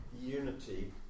unity